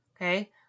Okay